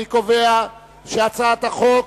אני קובע שהצעת החוק